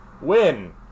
win